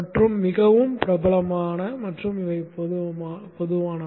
மற்றும் இவை மிகவும் பிரபலமான மற்றும் பொதுவானவை